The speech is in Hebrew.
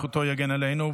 זכותו יגן עלינו,